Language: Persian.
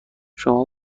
شما